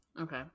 Okay